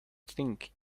think